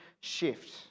shift